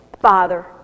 Father